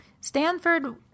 Stanford